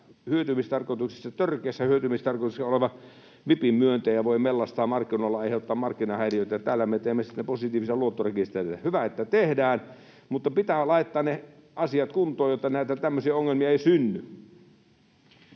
törkeässä hyötymistarkoituksessa oleva vipin myöntäjä voi mellastaa markkinoilla ja aiheuttaa markkinahäiriöitä, ja täällä me teemme sitten positiivisia luottorekistereitä. Hyvä, että tehdään, mutta pitää laittaa ne asiat kuntoon, jotta näitä tämmöisiä ongelmia ei synny.